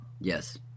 yes